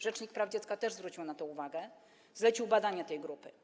Rzecznik praw dziecka też zwrócił na to uwagę, zlecił badanie tej grupy.